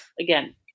again